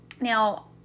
now